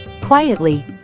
quietly